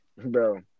bro